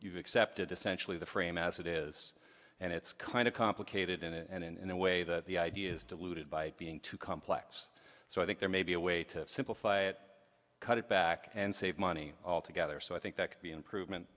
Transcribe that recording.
we've accepted essentially the frame as it is and it's kind of complicated and in a way that the idea is diluted by being too complex so i think there may be a way to simplify it cut it back and save money altogether so i think that the improvement